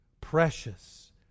precious